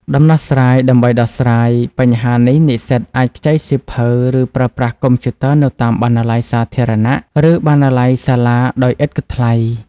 ដំណោះស្រាយដើម្បីដោះស្រាយបញ្ហានេះនិស្សិតអាចខ្ចីសៀវភៅ ឬប្រើប្រាស់កុំព្យូទ័រនៅតាម បណ្ណាល័យសាធារណៈ ឬបណ្ណាល័យសាលាដោយឥតគិតថ្លៃ។